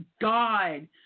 God